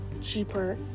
cheaper